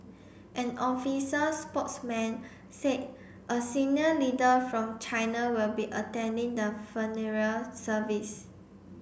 an officers spokesman say a senior leader from China will be attending the funeral service